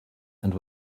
and